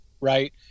Right